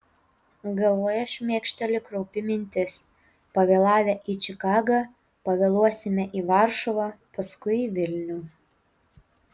galvoje šmėkšteli kraupi mintis pavėlavę į čikagą pavėluosime į varšuvą paskui į vilnių